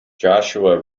joshua